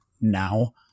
now